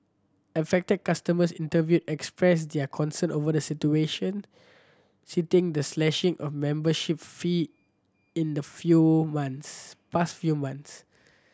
affected customers interviewed expressed their concern over the situation citing the slashing of membership fee in the few months past few months